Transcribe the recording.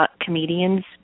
comedians